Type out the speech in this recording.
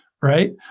right